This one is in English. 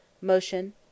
motion